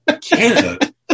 Canada